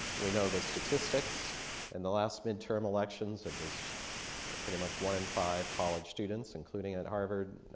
we know that statistics in the last midterm elections are just but pretty much one in five college students, including in harvard,